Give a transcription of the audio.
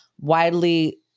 widely